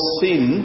sin